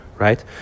right